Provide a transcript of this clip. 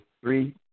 three